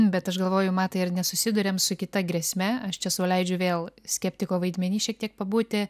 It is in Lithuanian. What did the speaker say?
bet aš galvoju matai ar nesusiduriam su kita grėsme aš čia sau leidžiu vėl skeptiko vaidmeny šiek tiek pabūti